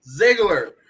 Ziggler